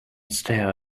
stare